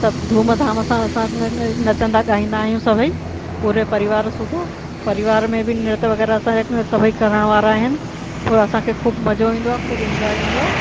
सभु धूमधाम सां असां न न नचंदा ॻाईंदा आहियूं सभेई पूरे परिवार सूधो परिवार में बि नृत्य वग़ैरह असां हिक में सभु हिकु वारा आहिनि पोइ असांखे ख़ूबु मज़ो ईंदो आहे ख़ूबु इंजॉय ईंदो आहे